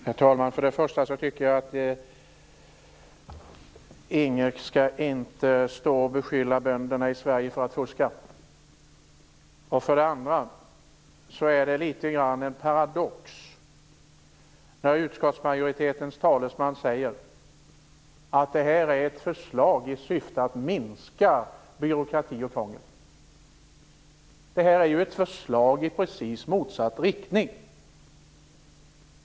Herr talman! För det första tycker jag inte att Inge Carlsson skall stå och beskylla bönderna i Sverige för att fuska. För det andra är det litet av en paradox när utskottsmajoritetens talesman säger att detta är ett förslag i syfte att minska byråkrati och krångel. Det här är ju ett förslag i precis motsatt riktning.